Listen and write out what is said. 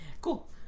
Cool